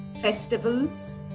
festivals